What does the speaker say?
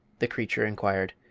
the creature inquired.